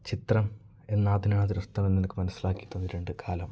ചിത്രം എന്നാ അതിനർത്ഥമെന്ന് എനിക്ക് മനസ്സിലാക്കി തന്നിട്ടുണ്ട് കാലം